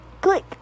Click